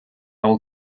will